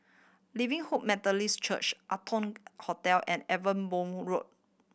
Living Hope Methodist Church Arton Hotel and Ewe Boon Road